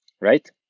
Right